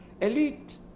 elite